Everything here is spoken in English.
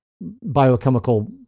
biochemical